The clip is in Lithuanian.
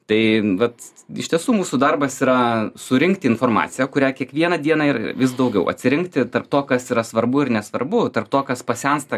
tai vat iš tiesų mūsų darbas yra surinkti informaciją kurią kiekvieną dieną ir vis daugiau atsirinkti tarp to kas yra svarbu ir nesvarbu tarp to kas pasensta